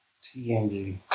TNG